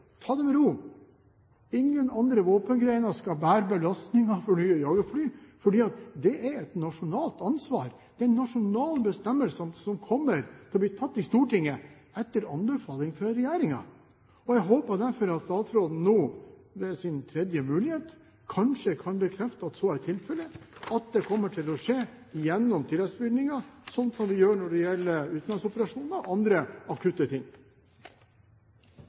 Ta det med ro – ingen andre våpengrener skal bære belastningen for nye jagerfly, for det er et nasjonalt ansvar, det er nasjonale bestemmelser som kommer til å bli tatt i Stortinget etter anbefaling fra regjeringen. Jeg håper derfor at statsråden nå – ved sin tredje mulighet – kan bekrefte at så er tilfelle, at det kommer til å skje gjennom tilleggsbevilgninger, slik som vi gjør når det gjelder utenlandsoperasjoner og andre akutte ting.